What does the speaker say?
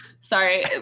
Sorry